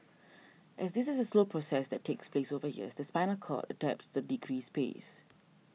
as this is a slow process takes place over years the spinal cord adapts to the decreased space